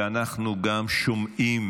ואנחנו גם שומעים